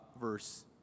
verse